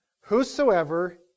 Whosoever